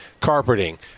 Carpeting